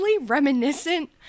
reminiscent